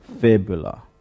fibula